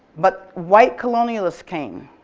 but white colonialists came,